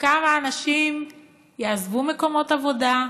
כמה אנשים יעזבו מקומות עבודה,